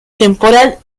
temporal